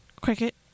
Cricket